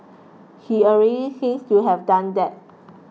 he already seems to have done that